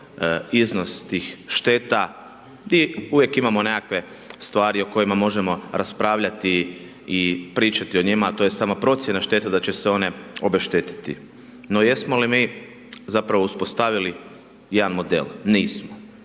iznos tih šteta i uvijek imamo nekakve stvari o kojima možemo raspravljati i pričati o njima, to je samo procjena štete da će se one obeštetiti. No jesmo li mi zapravo uspostavili jedan model? Nismo.